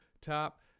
top